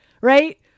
Right